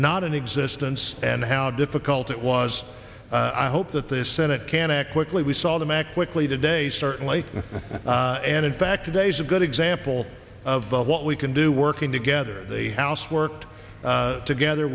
not in existence and how difficult it was i hope that the senate can act quickly we saw the mac quickly today certainly and in fact today's a good example of what we can do working together the house worked together